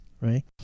right